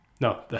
No